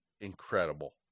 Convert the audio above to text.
incredible